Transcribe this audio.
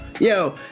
Yo